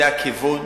זה הכיוון,